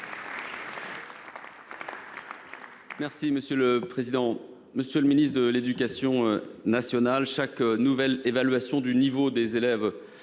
Les Républicains. Monsieur le ministre de l'éducation nationale, chaque nouvelle évaluation du niveau des élèves